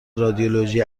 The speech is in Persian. رادیولوژی